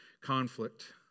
conflict